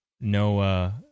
No